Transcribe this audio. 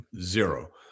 Zero